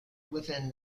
within